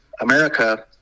America